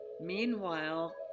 meanwhile